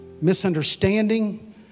misunderstanding